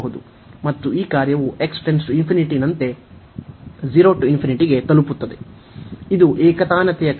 ಮತ್ತು ಈ ಕಾರ್ಯವು ನಂತೆ 0 to ಗೆ ತಲುಪುತ್ತದೆ ಇದು ಏಕತಾನತೆಯ ಕ್ರಿಯೆ